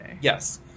Yes